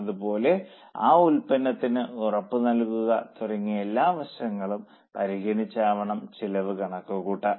അതുപോലെ ആ ഉൽപ്പന്നത്തിന് ഉറപ്പു നൽകുക തുടങ്ങി എല്ലാ വശങ്ങളും പരിഗണിച്ച് ആവണം ചെലവ് കണക്കു കൂട്ടുവാൻ